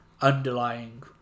underlying